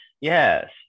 Yes